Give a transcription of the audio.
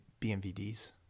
BMVDs